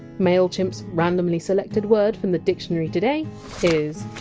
mailchimp! s randomly selected word from the dictionary today is!